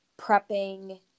prepping